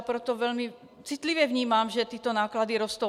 Proto velmi citlivě vnímám, že tyto náklady rostou.